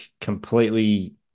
completely